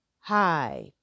Hi